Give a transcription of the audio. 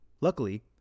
Luckily